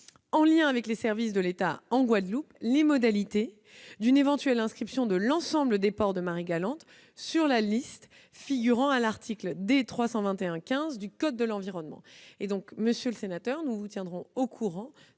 en liaison avec les services de l'État en Guadeloupe, les modalités d'une éventuelle inscription de l'ensemble des ports de Marie-Galante sur la liste figurant à l'article D. 321-15 du code de l'environnement. Nous avons bien entendu votre requête et nous vous tiendrons au courant